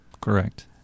correct